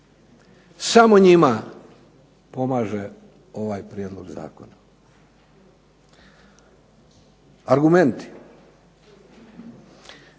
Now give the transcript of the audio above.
Samo njima pomaže ovaj prijedlog zakona. Argumenti,